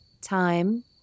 time